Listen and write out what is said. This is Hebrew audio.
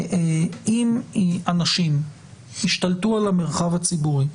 אם אנשים ישתלטו על המרחב הציבורי,